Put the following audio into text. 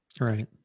Right